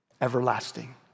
everlasting